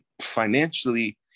financially